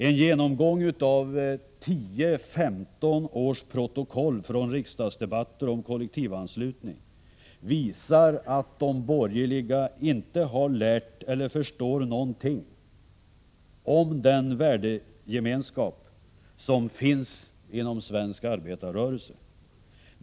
En genomgång av 10-15 års protokoll från riksdagsdebatter om kollektivanslutning visar att de borgerliga inte har lärt eller förstått någonting i fråga om den värdegemenskap som finns inom svensk arbetarrörelse.